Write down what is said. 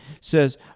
says